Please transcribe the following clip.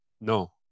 no